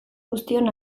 guztion